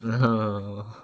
no